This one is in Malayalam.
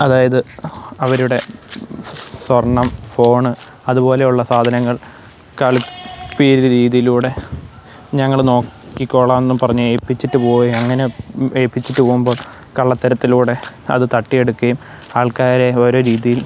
അതായത് അവരുടെ സ്വർണ്ണം ഫോൺ അതുപോലെ ഉള്ള സാധനങ്ങൾ കളിപ്പീര് രീതിയിലൂടെ ഞങ്ങൾ നോക്കിക്കോളാം എന്നും പറഞ്ഞ് ഏൽപ്പിച്ചിട്ട് പോയി അങ്ങനെ ഏൽപ്പിച്ചിട്ട് പോവുമ്പോൾ കള്ളത്തരത്തിലൂടെ അത് തട്ടിയെടുക്കുകയും ആൾക്കാരെ ഓരോ രീതിയിൽ